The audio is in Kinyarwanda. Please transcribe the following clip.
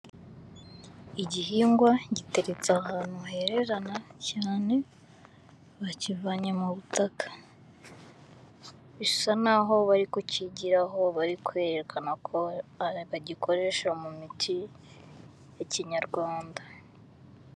Igihingwa gitetse ahantu herana cyane bakivanye mu butaka, bisa n'aho bari kukigiraho bari kwerekana ko bagikoresha mu miti ya kinyarwanda.